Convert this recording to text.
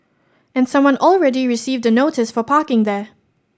and someone already received the notice for parking there